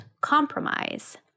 compromise